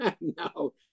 No